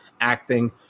acting